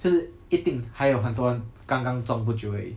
就是一定还有很多人刚刚中不久而已